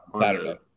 Saturday